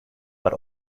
but